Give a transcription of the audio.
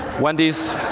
Wendy's